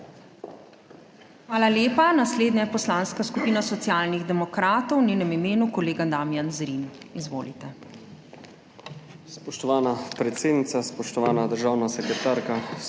Hvala lepa. Naslednja je Poslanska skupina Socialnih demokratov, v njenem imenu kolega Damijan Zrim. Izvolite.